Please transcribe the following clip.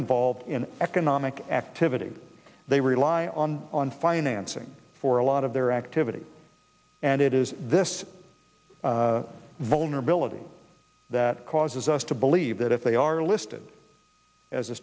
involved in economic activity they rely on on financing for a lot of their activity and it is this vulnerability that causes us to believe that if they are